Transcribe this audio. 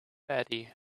eddie